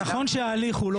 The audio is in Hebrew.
אז נכון שההליך הוא לא רגיל.